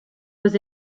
was